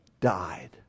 died